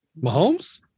Mahomes